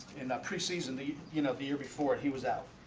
and not preseason the you know the year before he was out,